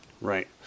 Right